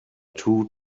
two